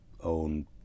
own